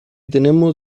tenemos